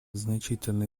значительно